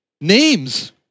Names